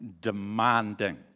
demanding